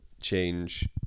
change